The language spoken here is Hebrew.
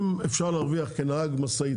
אם אפשר להרוויח כנהג משאית,